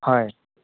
হয়